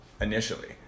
initially